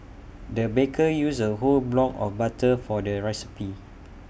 the baker used A whole block of butter for their recipe